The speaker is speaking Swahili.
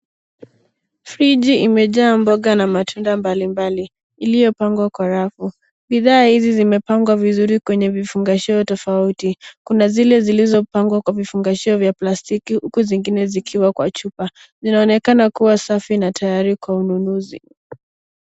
Friji imejaa mboga na matunda mbalimbali iliyopandwa Kwa rafu. Bidhaa hizi zimepangwa vizuri kwenye vifungashio tofauti. Kuna zile zilizopangwa kwa vifungashio vya plastiki huku zingine zikiwa kwa chupa. Zinaonekana kuwa safi na tayari kwa ununuzi.